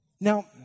Now